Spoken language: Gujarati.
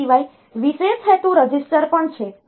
તે સિવાય વિશેષ હેતુ રજીસ્ટર પણ છે